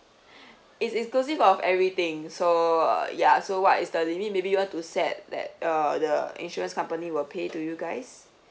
it's it's inclusive of everything so uh ya so what is the limit maybe you want to set that uh the insurance company will pay to you guys